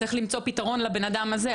צריך למצוא פתרון לאדם הזה,